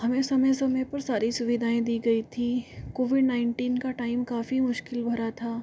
हमें समय समय पर सारी सुविधाएँ दी गई थी कोविड नाइन्टीन का टाइम काफी मुश्किल भरा था